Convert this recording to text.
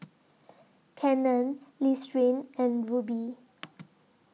Canon Listerine and Rubi